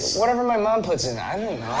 whatever my mom puts in